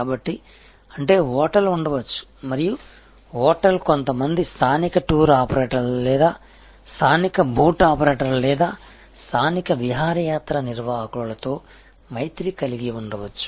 కాబట్టి అంటే హోటల్ ఉండవచ్చు మరియు హోటల్ కొంతమంది స్థానిక టూర్ ఆపరేటర్లు లేదా స్థానిక బోట్ ఆపరేటర్లు లేదా స్థానిక విహారయాత్ర నిర్వాహకులతో మైత్రి కలిగి ఉండవచ్చు